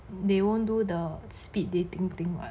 they won't do the speed dating thing [what]